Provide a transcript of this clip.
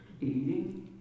eating